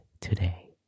today